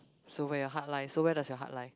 so where your heart lie so where does your heart lie